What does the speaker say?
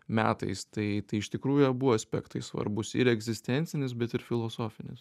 metais tai tai iš tikrųjų abu aspektai svarbūs ir egzistencinis bet ir filosofinis